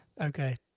Okay